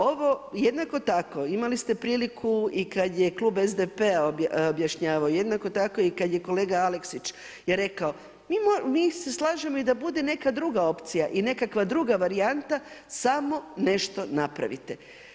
Ovo, jednako tako imali ste priliku i kada je klub SDP-a objašnjavao, jednako tako i kada je kolega Aleksić je rekao, mi se slažemo i da bude neka druga opcija i nekakva druga varijanta samo nešto napravite.